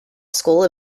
school